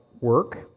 work